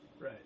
right